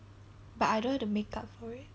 but I don't have to make up for it